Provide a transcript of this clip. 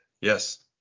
yes